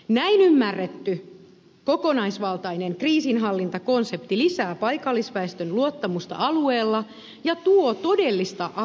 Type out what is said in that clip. näin ymmärretty kokonaisvaltainen kriisinhallintakonsepti lisää paikallisväestön luottamusta alueella ja tuo todellista apua arkeen